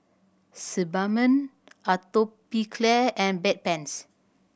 Sebamed Atopiclair and Bedpans